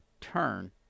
Turn